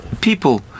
people